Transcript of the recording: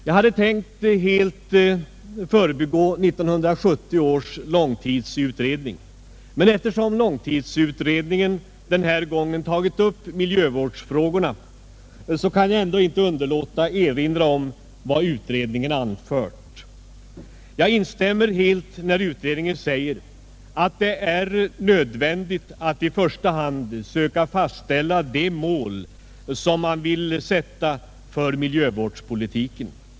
Jag hade tänkt att helt förbigå 1970 års långtidsutredning, men eftersom långtidsutredningen den här gången tagit upp miljövårdsfrå gorna, kan jag ändå inte underlåta att erinra om vad utredningen anfört. Jag instämmer helt när utredningen säger att det är nödvändigt att i första hand söka fastställa de mål som man vill sätta för miljövårdspolitiken.